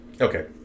Okay